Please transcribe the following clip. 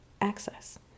access